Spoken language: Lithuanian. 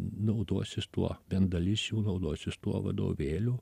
naudosis tuo bent dalis jų naudosis tuo vadovėliu